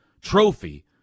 trophy